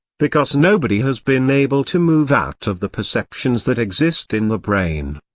because nobody has been able to move out of the perceptions that exist in the brain.